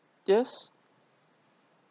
yes